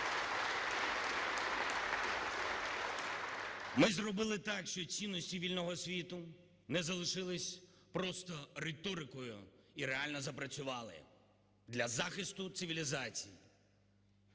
Ми зробили так, що цінності вільного світу не залишились просто риторикою і реально запрацювали для захисту цивілізації.